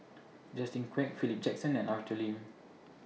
Justin Quek Philip Jackson and Arthur Lim